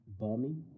Bummy